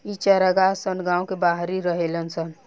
इ चारागाह सन गांव के बाहरी रहेला सन